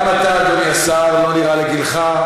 גם אתה, אדוני השר, לא נראה לגילך.